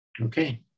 okay